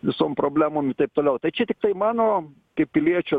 visom problemom ir taip toliau tai čia tiktai mano kaip piliečio